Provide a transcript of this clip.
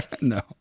No